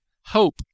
hope